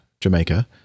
Jamaica